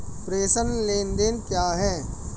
प्रेषण लेनदेन क्या है?